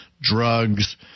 drugs